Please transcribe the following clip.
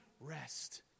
rest